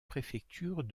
préfecture